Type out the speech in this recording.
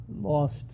lost